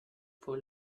for